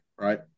right